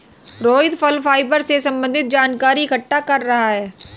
रोहित फल फाइबर से संबन्धित जानकारी इकट्ठा कर रहा है